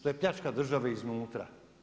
To je pljačka države iznutra.